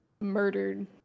murdered